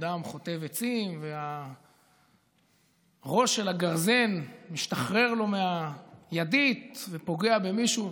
אדם חוטב עצים והראש של הגרזן משתחרר לו מהידית ופוגע במישהו,